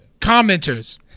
commenters